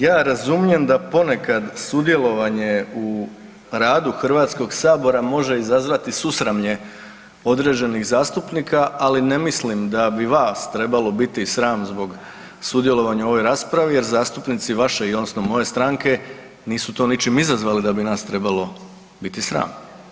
Ja razumijem da ponekad sudjelovanje u radu Hrvatskog Sabora može izazvati susramlje određenih zastupnika, ali ne mislim da bi vas trebalo biti sram zbog sudjelovanja u ovoj raspravi jer zastupnici vaše, odnosno i moje stranke nisu to ničim izazvali da bi nas trebalo biti sram.